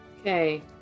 Okay